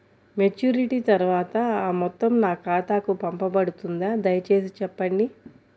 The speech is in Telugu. మెచ్యూరిటీ తర్వాత ఆ మొత్తం నా ఖాతాకు పంపబడుతుందా? దయచేసి చెప్పండి?